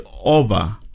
over